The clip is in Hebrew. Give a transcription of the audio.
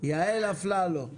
יעל אפללו.